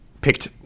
picked